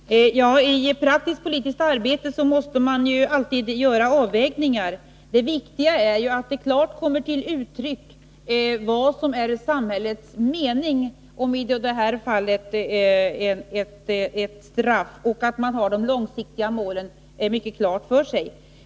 Herr talman! I praktiskt politiskt arbete måste man alltid göra avvägningar. Det viktiga är ju att det klart kommer till uttryck vad som är samhällets mening om i det här fallet ett straff och att man har de långsiktiga målen klara för sig.